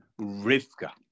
Rivka